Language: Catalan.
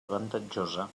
avantatjosa